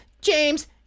James